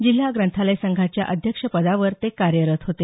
जिल्हा ग्रंथालय संघाच्या अध्यक्ष पदावर ते कार्यरत होते